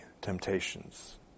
temptations